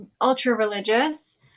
ultra-religious